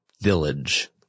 village